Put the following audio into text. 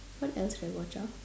what else did I watch ah